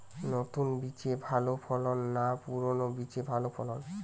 নতুন বীজে ভালো ফলন না পুরানো বীজে ভালো ফলন?